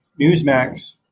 Newsmax